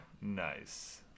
Nice